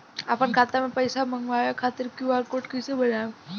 आपन खाता मे पईसा मँगवावे खातिर क्यू.आर कोड कईसे बनाएम?